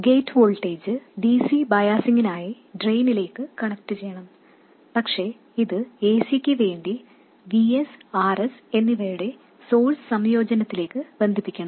gate voltage dc ബയാസിംഗിനായി ഡ്രെയിനിലേക്ക് കണക്റ്റുചെയ്യണം പക്ഷേ ഇത് acയ്ക്ക് വേണ്ടി Vs Rs എന്നിവയുടെ സോഴ്സ് സംയോജനത്തിലേക്ക് ബന്ധിപ്പിക്കണം